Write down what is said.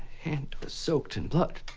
hand was soaked in blood.